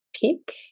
peak